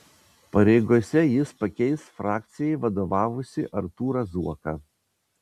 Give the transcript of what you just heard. pareigose jis pakeis frakcijai vadovavusį artūrą zuoką